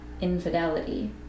infidelity